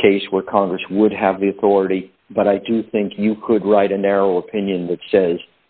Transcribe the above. case where congress would have the authority but i do think you could write a narrow opinion that says